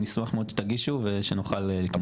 אני אשמח שתגישו ושנוכל לתמרץ.